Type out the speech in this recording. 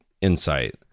insight